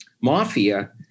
mafia